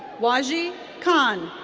wajih khan.